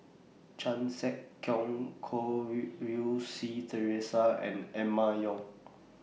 Chan Sek Keong Goh Rui Si Theresa and Emma Yong